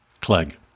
Clegg